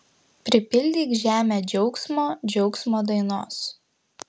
pripildyk žemę džiaugsmo džiaugsmo dainos